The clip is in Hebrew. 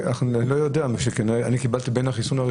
שאנחנו כבר נמצאים עם תחילת התפשטות מהירה